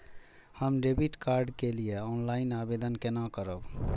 हम debit card के लिए ऑनलाइन आवेदन केना करब?